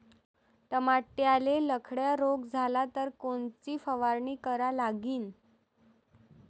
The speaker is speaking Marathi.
टमाट्याले लखड्या रोग झाला तर कोनची फवारणी करा लागीन?